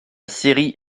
série